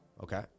okay